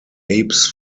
apes